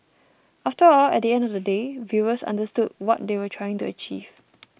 after all at the end of the day viewers understood what they were trying to achieve